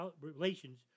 relations